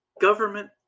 Government